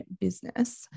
business